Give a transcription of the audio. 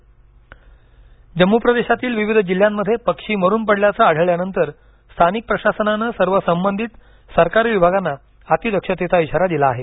जम्म आणि Kashmir bird flu Jammu प्रदेशातील विविध जिल्ह्यांमध्ये पक्षी मरुन पडल्याचं आढळल्यानंतर स्थानिक प्रशासनानं सर्व संबंधित सरकारी विभागांना अति दक्षतेचा इशारा दिला आहे